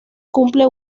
cumple